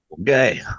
Okay